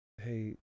hey